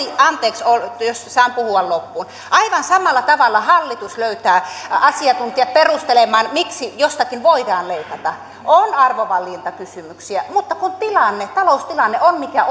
anteeksi jos saan puhua loppuun aivan samalla tavalla hallitus löytää asiantuntijat perustelemaan miksi jostakin voidaan leikata on arvovalintakysymyksiä mutta kun tilanne taloustilanne on mikä